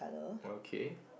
okay